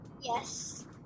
Yes